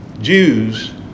Jews